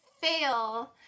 fail